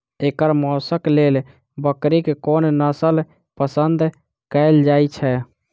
एकर मौशक लेल बकरीक कोन नसल पसंद कैल जाइ छै?